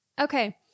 Okay